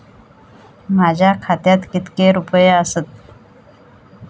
माझ्या खात्यात कितके रुपये आसत?